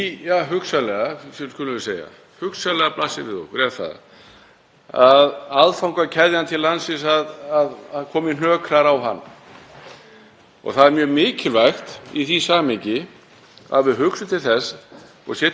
Það er mjög mikilvægt í því samhengi að við hugsum til þess og setjum okkur það markmið að við séum með, mitt mat, tveggja ára birgðir af korni, olíu og áburði,